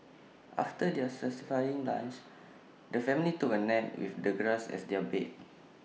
after their satisfying lunch the family took A nap with the grass as their bed